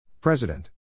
President